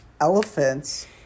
elephants